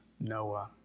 Noah